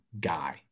guy